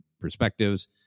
perspectives